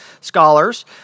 scholars